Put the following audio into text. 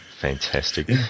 Fantastic